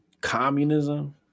communism